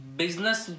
business